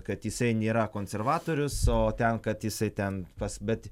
kad jisai nėra konservatorius o ten kad jisai ten pas bet